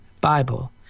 Bible